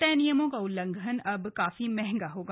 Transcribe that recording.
तय नियमों का उलंघन अब काफी महंगा होगा